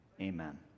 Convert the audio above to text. Amen